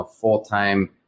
full-time